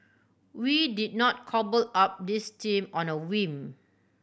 we did not cobble up this team on a whim